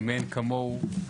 מאין כמוהו.